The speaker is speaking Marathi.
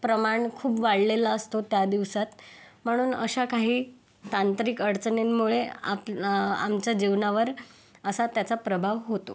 प्रमाण खूप वाढलेलं असतो त्या दिवसांत म्हणून अशा काही तांत्रिक अडचणींमुळे आप आमच्या जीवनावर असा त्याचा प्रभाव होतो